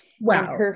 Wow